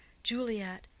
Juliet